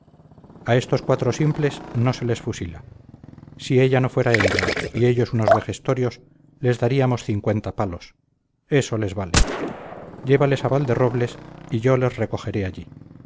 a estos cuatro simples no se les fusila si ella no fuera hembra y ellos unos vejestorios les daríamos cincuenta palos eso les vale llévales a valderrobles y yo les recogeré allí